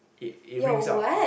it it rings out